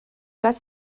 pas